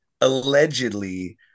allegedly